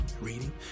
Reading